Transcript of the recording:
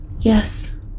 Yes